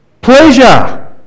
pleasure